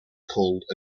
called